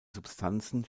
substanzen